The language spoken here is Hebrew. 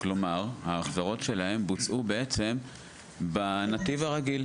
כלומר ההחזרות שלהם בוצעו בנתיב הרגיל,